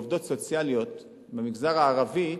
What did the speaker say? עובדות סוציאליות במגזר הערבי,